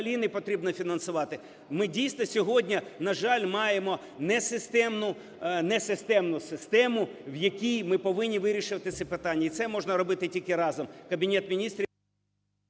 Ми, дійсно, сьогодні, на жаль, маємо несистемну систему, в якій ми повинні вирішувати це питання. І це можна робити тільки разом: